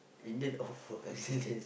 Indian oh Indian